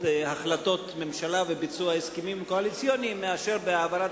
החלטות הממשלה וקיום הסכמים קואליציוניים מאשר בהעברת